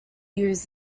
use